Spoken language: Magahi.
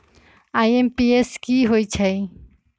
आई.एम.पी.एस की होईछइ?